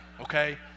okay